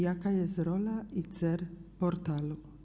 Jaka jest rola i cel portalu?